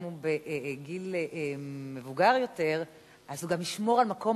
אם הוא בגיל מבוגר יותר אז הוא גם ישמור על מקום